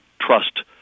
Trust